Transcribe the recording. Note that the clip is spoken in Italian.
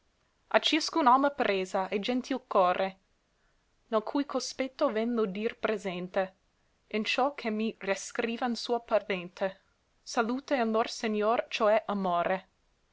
a ciascun'alma presa e gentil core nel cui cospetto ven lo dir presente in ciò che mi rescrivan suo parvente salute in lor segnor cioè amore